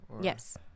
yes